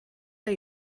der